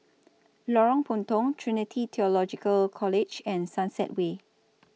Lorong Puntong Trinity Theological College and Sunset Way